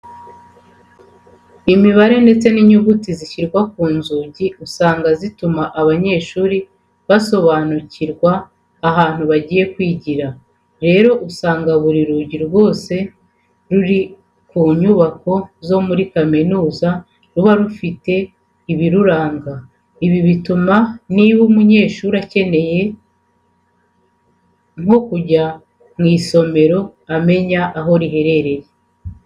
Imibare ndetse n'inyuguti zishyirwa ku nzugi usanga zituma abanyeshuri basobanukirwa ahantu bagiye kwigira. Rero usanga buri rugi rwose ruri ku nyubako zo muri kaminuza ruba rufite ibiruranga. Ibi bituma niba umunyeshuri akeneye nko kujya mu isomero amenya aho riherereye.